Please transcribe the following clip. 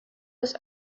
was